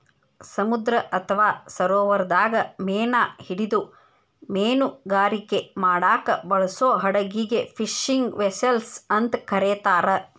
ಸಮುದ್ರ ಅತ್ವಾ ಸರೋವರದಾಗ ಮೇನಾ ಹಿಡಿದು ಮೇನುಗಾರಿಕೆ ಮಾಡಾಕ ಬಳಸೋ ಹಡಗಿಗೆ ಫಿಶಿಂಗ್ ವೆಸೆಲ್ಸ್ ಅಂತ ಕರೇತಾರ